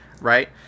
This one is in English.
Right